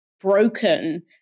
broken